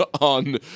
on